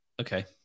Okay